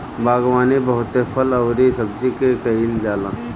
बागवानी बहुते फल अउरी सब्जी के कईल जाला